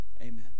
amen